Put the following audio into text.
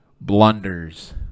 blunders